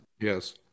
Yes